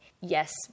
Yes